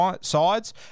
sides